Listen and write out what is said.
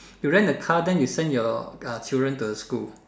you rent the car then you send your uh children to the school